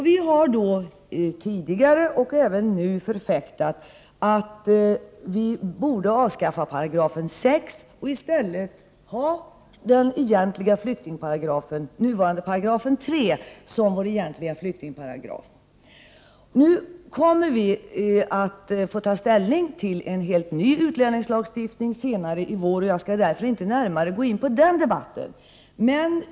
Vi har tidigare förfäkta,t och gör så även nu, att vi borde avsskaffa 6 § och i stället ha nuvarande 3 § som vår egentliga flyktingparagraf. Senare i vår kommer vi att få ta ställning till en helt ny utlänningslagstiftning. Jag skall därför inte gå närmare in på den debatten.